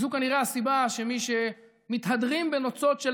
וזו כנראה הסיבה שמי שמתהדרים בנוצות של